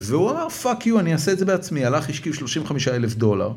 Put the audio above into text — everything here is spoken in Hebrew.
והוא אמר, פאק יו, אני אעשה את זה בעצמי, הלך ישקיע 35,000 דולר.